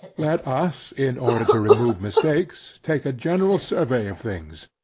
let us, in order to remove mistakes, take a general survey of things,